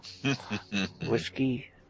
Whiskey